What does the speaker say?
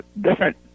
different